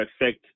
affect